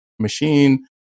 machine